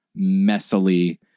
messily